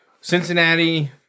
Cincinnati